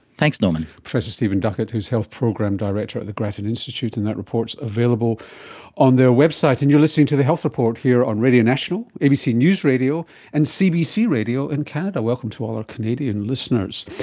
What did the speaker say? thanks norman. professor stephen duckett, who is health program director at the grattan institute, and that report is available on their website. and you're listening to the health report here on radio national, abc news radio and cbc radio in canada, welcome to all canadian listeners.